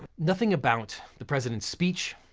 nothing about the president's speech,